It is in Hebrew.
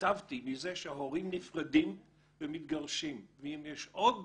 מזה שההורים נפרדים ומתגרשים, ואם יש עוד